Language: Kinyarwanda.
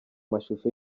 mashusho